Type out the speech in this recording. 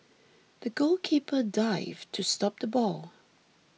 the goalkeeper dived to stop the ball